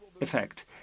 effect